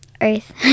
Earth